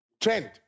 trend